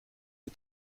die